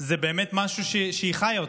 זה באמת משהו שהיא חיה אותו,